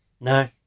No